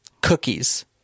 cookies